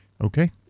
Okay